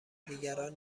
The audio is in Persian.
دیگران